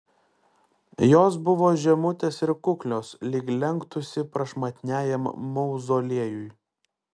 jos buvo žemutės ir kuklios lyg lenktųsi prašmatniajam mauzoliejui